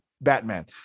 Batman